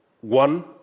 One